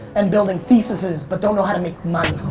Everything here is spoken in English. and building theses, but don't know how to make money.